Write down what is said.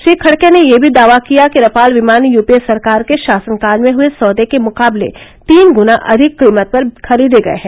श्री खड़गे ने यह भी दावा किया कि रफाल विमान यूपीए सरकार के शासनकाल में हए सौदे के मुकाबले तीन गुना अधिक कीमत पर खरीदे गए हैं